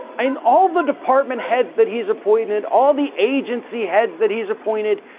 i mean, all the department heads that he's appointed, all the agency heads that he's appointed,